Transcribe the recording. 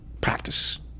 practice